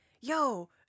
Yo